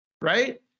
right